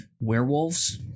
werewolves